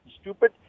stupid